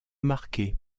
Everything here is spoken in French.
marqués